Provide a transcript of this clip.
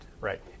Right